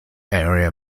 area